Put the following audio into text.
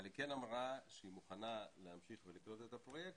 אבל היא כן אמרה שהיא מוכנה להמשיך ולקלוט את הפרויקט